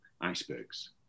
icebergs